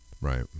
right